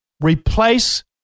Replace